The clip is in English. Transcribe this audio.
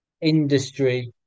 industry